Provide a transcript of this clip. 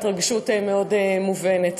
ההתרגשות מאוד מובנת.